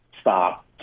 stop